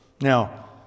now